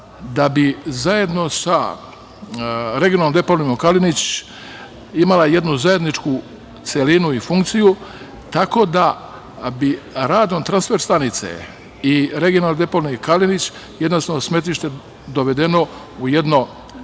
da bi zajedno sa regionalnom deponijom „Kalenić“ imala jednu zajedničku celinu i funkciju, tako da bi radom transfer stanice i regionalne deponije „Kalenić“ jednostavno smetlište dovedeno u jedno